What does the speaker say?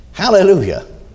Hallelujah